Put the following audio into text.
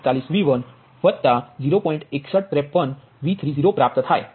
3846 V1વત્તા 0